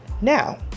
Now